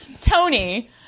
Tony